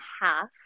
half